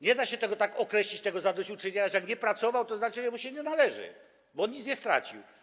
Nie da się tak określić tego zadośćuczynienia, że jak nie pracował, to znaczy, że mu się nie należy, bo on nic nie stracił.